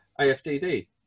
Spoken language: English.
AFDD